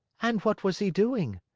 and what was he doing?